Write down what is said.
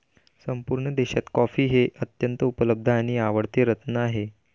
संपूर्ण देशात कॉफी हे अत्यंत उपलब्ध आणि आवडते रत्न आहे